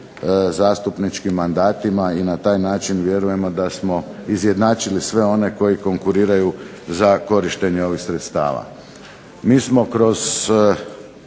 zastupničkim mandatima i na taj način vjerujemo da smo izjednačili one koji konkuriraju za korištenje ovih sredstava. MI smo kroz